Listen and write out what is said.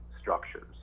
structures